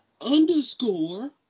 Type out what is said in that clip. underscore